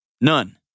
None